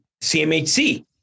CMHC